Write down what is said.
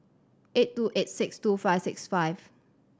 eight two eight six two five six five